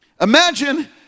Imagine